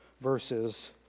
verses